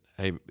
hey